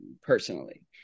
personally